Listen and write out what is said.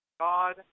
God